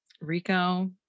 rico